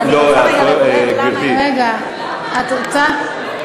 אז אני רוצה רגע לברר למה הם נגד.